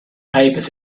papers